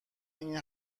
این